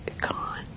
gone